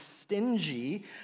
stingy